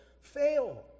fail